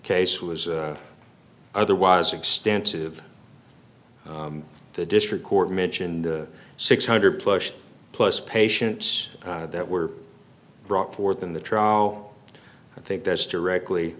case was otherwise extensive the district court mentioned six hundred plus plus patients that were brought forth in the trial i think that's directly